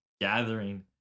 gathering